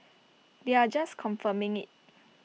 they are just confirming IT